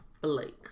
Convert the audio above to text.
Blake